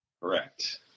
Correct